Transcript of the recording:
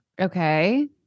Okay